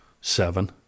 Seven